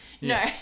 No